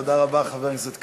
תודה רבה, חבר הכנסת כבל.